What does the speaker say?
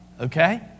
Okay